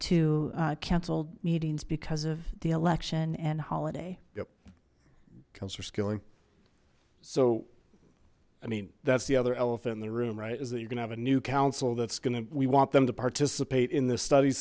to cancel meetings because of the election and holiday yep councillor skilling so i mean that's the other elephant in the room right is that you're gonna have a new council that's gonna we want them to participate in this study